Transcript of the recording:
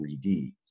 3D